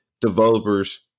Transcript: developers